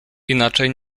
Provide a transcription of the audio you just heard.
inaczej